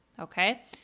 Okay